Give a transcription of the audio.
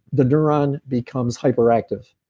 the neuron becomes hyperactive.